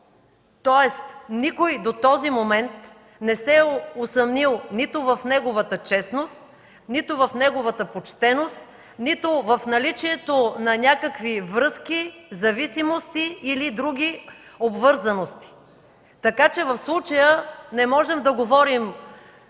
Тоест никой до този момент не се е усъмнил нито в неговата честност, нито в неговата почтеност, нито в наличието на някакви връзки, зависимости или други обвързаности, така че в случая не можем да говорим